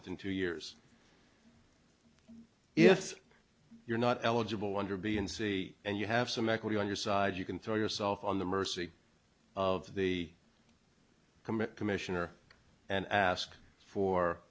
within two years if you're not eligible under b and c and you have some equity on your side you can throw yourself on the mercy of the comic commissioner and ask for